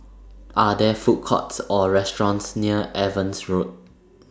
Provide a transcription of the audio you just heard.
Are There Food Courts Or restaurants near Evans Road